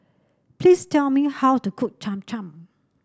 please tell me how to cook Cham Cham